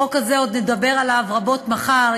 החוק הזה, עוד נדבר עליו רבות מחר.